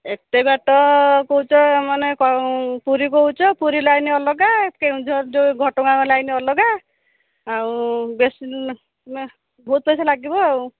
ଏତେ ବାଟ କହୁଛ ମାନେ ପୁରୀ କହୁଛ ପୁରୀ ଲାଇନ୍ ଅଲଗା କେଉଁଝର ଯେଉଁ ଘଟଗାଁ ଲାଇନ୍ ଅଲଗା ଆଉ ବେଶୀ ନା ନା ବହୁତ୍ ପଇସା ଲାଗିବ ଆଉ